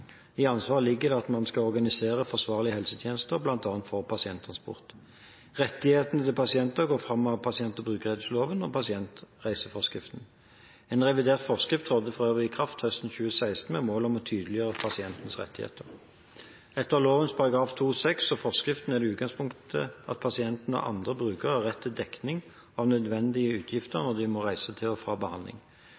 I ansvaret ligger at man skal organisere forsvarlige helsetjenester, bl.a. for pasienttransport. Rettighetene til pasientene går fram av pasient- og brukerrettighetsloven og pasientreiseforskriften. En revidert forskrift trådte for øvrig i kraft høsten 2016 med mål om å tydeliggjøre pasientenes rettigheter. Etter lovens § 2-6 og forskriften er utgangspunktet at pasienter og andre brukere har rett til dekning av nødvendige utgifter